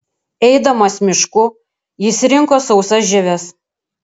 eidamas mišku jis rinko sausas žieves